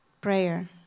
prayer